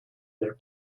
their